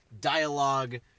dialogue